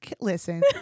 listen